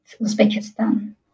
uzbekistan